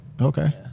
okay